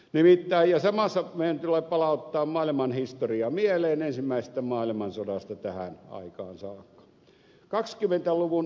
ja samassa meidän tulee palauttaa maailmanhistoria mieleen ensimmäisestä maailmansodasta tähän aikaan saakka